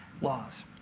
laws